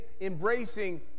embracing